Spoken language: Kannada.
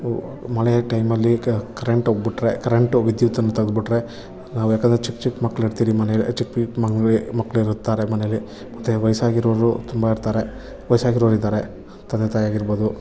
ಮಳೆಯ ಟೈಮಲ್ಲಿ ಕರೆಂಟ್ ಹೋಗಿಬಿಟ್ರೆ ಕರೆಂಟು ವಿದ್ಯುತ್ತನ್ನು ತೆಗೆದುಬಿಟ್ರೆ ನಾವು ಯಾಕಂದರೆ ಚಿಕ್ಕ ಚಿಕ್ಕ ಮಕ್ಕಳು ಇರ್ತೀವಿ ಮನೆಯಲ್ಲಿ ಚಿಕ್ಮಗ್ ಚಿಕ್ಕ ಮಕ್ಕಳು ಇರ್ತಾರೆ ಮನೆಯಲ್ಲಿ ಮತ್ತೆ ವಯಸ್ಸಾಗಿರೋರು ತುಂಬ ಇರ್ತಾರೆ ವಯಸ್ಸಾಗಿರೋರು ಇದ್ದಾರೆ ತಂದೆ ತಾಯಾಗಿರ್ಬೌದು